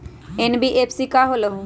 NBFC का होलहु?